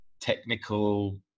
technical